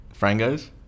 frangos